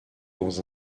dans